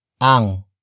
ang